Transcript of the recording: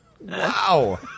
Wow